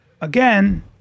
Again